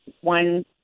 one